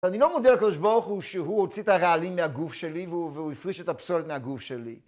אני לא מודה על לקדוש ברוך הוא שהוא הוציא את הרעלים מהגוף שלי והוא הפריש את הפסולת מהגוף שלי